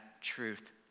truth